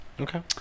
Okay